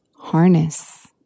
harness